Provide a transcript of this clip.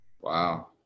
Wow